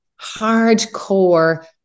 hardcore